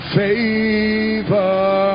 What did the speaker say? favor